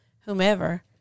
whomever